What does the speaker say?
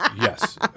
Yes